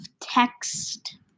text